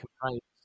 complaints